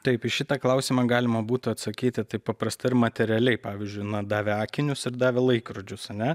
taip į šitą klausimą galima būtų atsakyti taip paprasta ir materialiai pavyzdžiui na davė akinius ir davė laikrodžius ar ne